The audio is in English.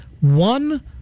one